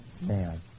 man